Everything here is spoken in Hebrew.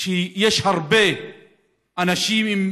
שיש הרבה אנשים עם